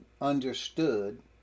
understood